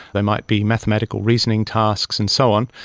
they might be mathematical reasoning tasks and so on.